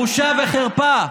בושה וחרפה.